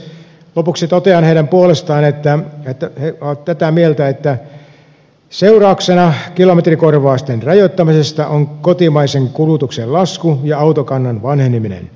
lopuksi totean heidän puolestaan että he ovat tätä mieltä että seurauksena kilometrikorvausten rajoittamisesta on kotimaisen kulutuksen lasku ja autokannan vanheneminen